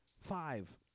Five